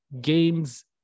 Games